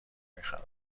میخرم